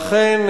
ואכן,